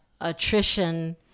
attrition